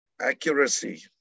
accuracy